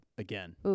Again